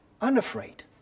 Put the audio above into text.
unafraid